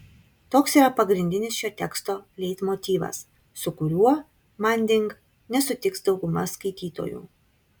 toks yra pagrindinis šio teksto leitmotyvas su kuriuo manding nesutiks dauguma skaitytojų